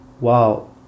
wow